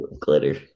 Glitter